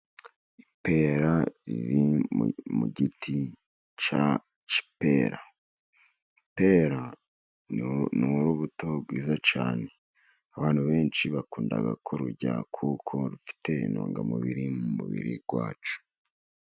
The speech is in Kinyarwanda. Ipera riri mu giti cy'ipera. Ipera ni urubuto rwiza cyane. Abantu benshi bakunda kururya kuko rufite intungamubiri mu mubiri wacu.